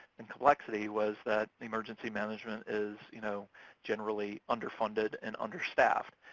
and complexity was that emergency management is you know generally underfunded and understaffed.